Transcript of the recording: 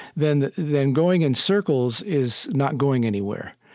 then then going in circles is not going anywhere.